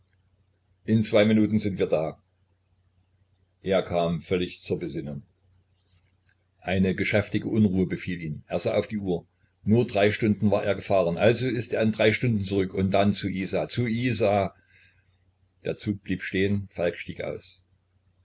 in zwei minuten sind wir da er kam völlig zur besinnung eine geschäftige unruhe befiel ihn er sah auf die uhr nur drei stunden war er gefahren also ist er in drei stunden zurück und dann zu isa zu isa der zug blieb stehen falk stieg aus